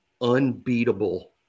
unbeatable